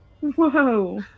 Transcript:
Whoa